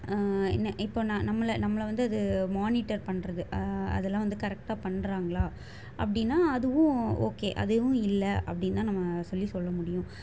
என்ன இப்போ நான் நம்மளை நம்மளை வந்து அது மானிட்டர் பண்ணுறது அதெல்லாம் வந்து கரெக்டாக பண்ணுறாங்களா அப்படின்னா அதுவும் ஓகே அதுவும் இல்லை அப்டின்னு தான் நம்ம சொல்லி சொல்ல முடியும்